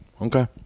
Okay